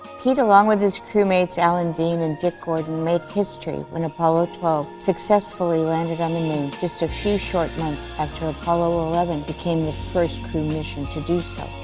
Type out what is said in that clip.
pete, along with his crewmates alan, dean, and dick gordon, made history when apollo twelve successfully landed on the moon just a few short months after apollo eleven became the first crewed mission to do so.